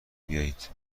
بیایید